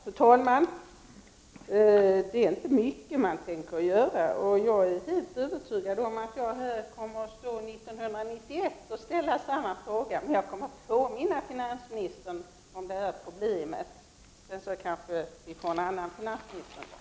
Fru talman! Det är alltså inte mycket man tänker göra. Jag är helt övertygad om att jag kommer att stå här och ställa samma fråga 1991. Jag kommer att påminna finansministern om det här problemet. Sedan kanske vi får en annan finansminister.